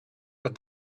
but